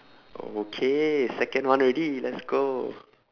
okay second one already let's go